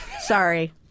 Sorry